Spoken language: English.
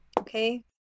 Okay